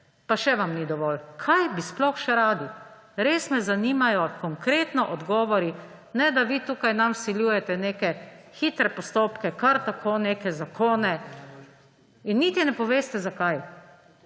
pa še vam ni dovolj. Kaj bi sploh še radi? Res me zanimajo konkretno odgovori, ne da vi tukaj nam vsiljujete neke hitre postopke kar tako neke zakone in niti ne poveste zakaj.